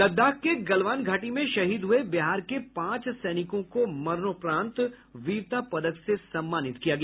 लद्दाख के गलवान घाटी में शहीद हुए बिहार के पांच सैनिकों को मरणोपरांत वीरता पदक से सम्मानित किया गया